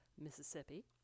Mississippi